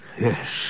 Yes